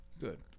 Good